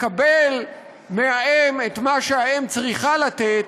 לקבל מהאם את מה שהאם צריכה לתת,